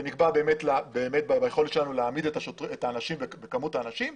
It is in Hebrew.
זה נקבע ביכולת שלנו להעמיד את מספר האנשים,